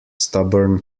stubborn